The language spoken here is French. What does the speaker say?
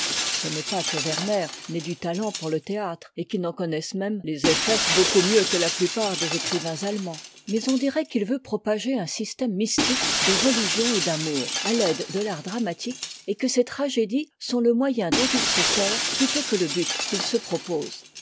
ce n'est pas que werner n'ait du talent pour le théâtre et qu'il n'en connaisse même les effets beaucoup mieux que la plupart des écrivains allemands mais on dirait qu'il veut propager un système mystique de religion et d'amour à l'aide de l'art dramatique et que ses tragédies sont le moyen dont il se sert plutôt que le but qu'il se propose